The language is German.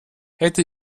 hatte